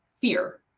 fear